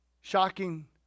shocking